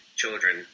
children